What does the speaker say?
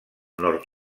nord